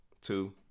two